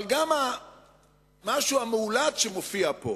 אבל גם המשהו המאולץ שמופיע פה